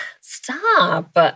stop